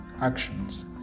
actions